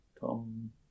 tom